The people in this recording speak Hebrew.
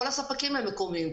כל ספקים הם מקומיים.